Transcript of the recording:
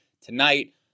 Tonight